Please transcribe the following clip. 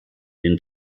den